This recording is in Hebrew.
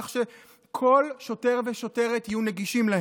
כך שלכל שוטר ושוטרת הן יהיו נגישות.